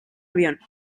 avión